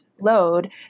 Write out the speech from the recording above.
load